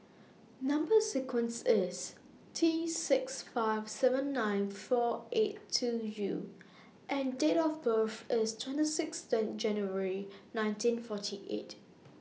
Number sequence IS T six five seven nine four eight two U and Date of birth IS twenty six January nineteen forty eight